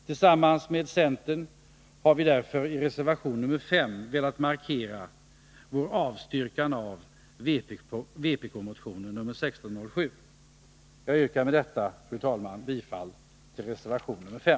Tillsammans med centern har vi därför i reservation nr 5 velat markera vår avstyrkan av vpk-motionen 1607. Jag yrkar med detta, fru talman, bifall till reservation nr 5.